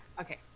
Okay